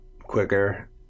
quicker